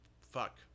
fuck